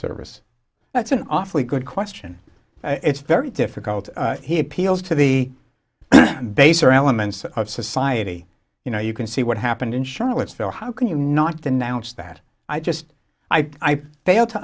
service that's an awfully good question it's very difficult he appeals to the baser elements of society you know you can see what happened in charlottesville how can you not denounce that i just i fail to